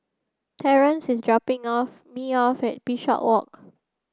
Torrence is dropping off me off at Bishopswalk